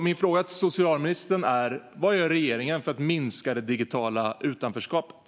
Min fråga till socialministern är: Vad gör regeringen för att minska det digitala utanförskapet?